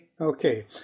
Okay